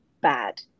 bad